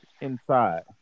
inside